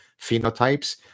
phenotypes